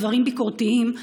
דברים ביקורתיים,